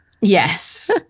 Yes